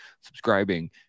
subscribing